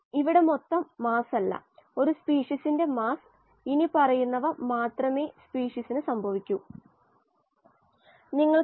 Flux amount transferred per unit time per unit area ratearea ഒരു unit ഏരിയക്ക് ഒരു unit സമയം മാറ്റം ചെയ്യപ്പെടുന്ന തുകയാണ് ഫ്ലക്സ്